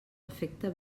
efecte